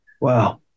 Wow